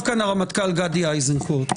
גדי אייזנקוט,